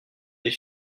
des